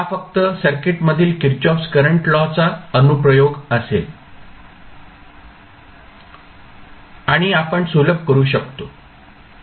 हा फक्त सर्किट मधील किर्चॉफ्स करंट लॉ चा अनुप्रयोग असेल आणि आपण सुलभ करू शकतो